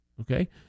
Okay